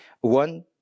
one